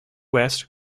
west